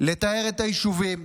לטהר את היישובים,